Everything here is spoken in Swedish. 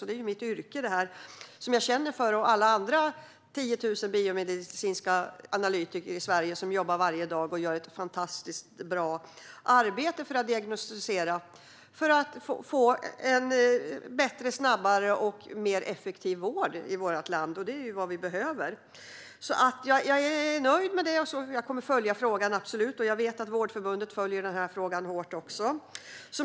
Det här är alltså mitt yrke som jag känner för, och jag känner för alla de 10 000 biomedicinska analytiker i Sverige som varje dag gör ett fantastiskt bra arbete för att diagnostisera och få en bättre, snabbare och effektivare vård i vårt land, och det är ju vad vi behöver. Jag är nöjd med detta. Jag kommer absolut att följa frågan, och jag vet att Vårdförbundet också följer frågan.